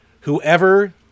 whoever